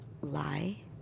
lie